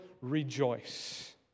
rejoice